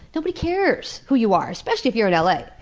nobody cares who you are! especially if you're and like